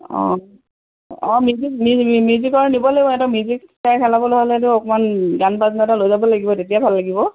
অঁ অঁ মিউজিক মিউজিকৰ নিব লাগিব এটা মিউজিক চেয়াৰ খেলাবলৈ হ'লেতো অকণমান গান বাজনা এটা লৈ যাব লাগিব তেতিয়া ভাল লাগিব